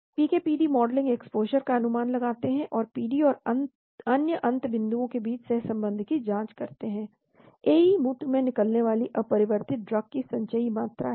पीके PD modelling exposure का अनुमान लगाते हैं और पीडी और अन्य अंत बिंदुओं के बीच सहसंबंध की जांच करते हैं AE मूत्र में निकलने वाली अपरिवर्तित ड्रग की संचयी मात्रा है